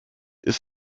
ist